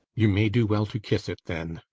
you may do well to kiss it, then.